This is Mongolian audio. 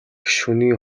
шөнийн